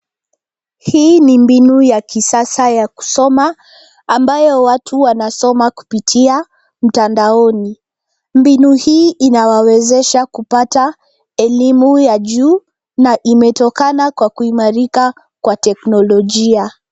Hii ni mbinu ya kisasa ya kusoma, ambayo watu wanasoma kupitia mtandaoni. Mbinu hii inawawezesha kupata elimu ya juu na imetokana na kuimarika kwa teknolojia.